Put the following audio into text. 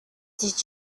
did